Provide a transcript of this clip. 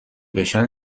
بشن